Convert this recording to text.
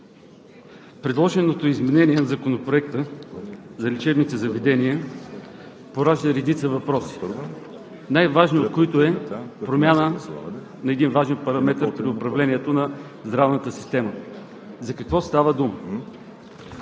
предложеното изменение в Законопроекта за лечебните заведения поражда редица въпроси, най-важният от които е промяна на един важен параметър при управлението на здравната система. За какво става дума?